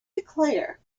declare